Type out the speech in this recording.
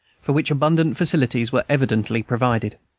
for which abundant facilities were evidently provided.